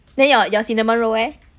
then your your cinnamon roll leh